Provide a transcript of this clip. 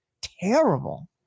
Terrible